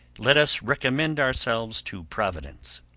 let us recommend ourselves to providence.